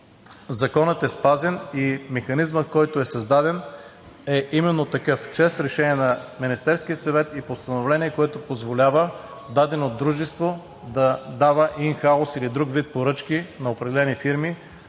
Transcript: законът е спазен и механизмът, който е създаден, е именно такъв – чрез решение на Министерския съвет и постановление, което позволява дадено дружество да дава ин хаус или друг вид поръчки на определени фирми,